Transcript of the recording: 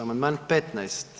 Amandman 15.